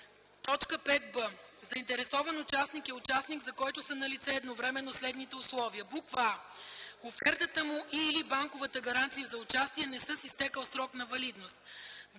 5б. „Заинтересован участник” е участник, за който са налице едновременно следните условия: а) офертата му и/или банковата гаранция за участие не са с изтекъл срок на валидност;